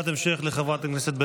אני יכולה שאלה נוספת?